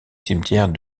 cimetière